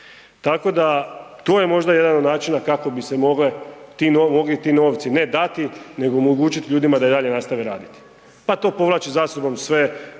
Tako da, to je možda jedan od načina kako bi se mogle, mogli ti novci ne dati nego omogućit ljudima da i dalje nastave raditi, pa to povlači za sobom sve